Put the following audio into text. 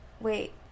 Wait